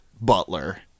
butler